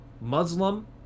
Muslim